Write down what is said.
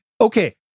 Okay